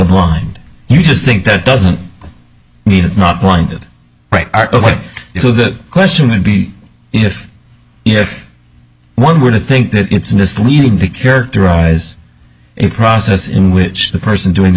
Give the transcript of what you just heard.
blind you just think that doesn't mean it's not pointed right so the question would be if if one were to think that it's misleading to characterize a process in which the person doing the